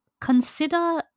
Consider